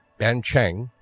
ban chiang,